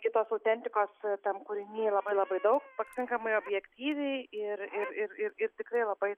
kitos autentikos tam kūriny labai labai daug pakankamai objektyviai ir ir ir ir ir tikrai labai